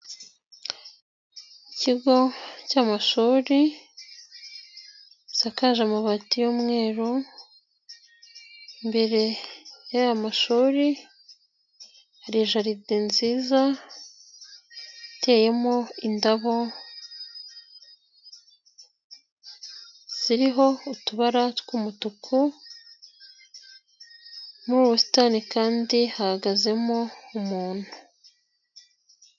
Ikigo cy'amashuri gisakaje amabati y'umweru, imbere y'aya mashuri hari jaride nziza iteyemo indabo ziriho utubara tw'umutuku, muri ubu busitani kandi hahagazemo umuntu.